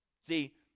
See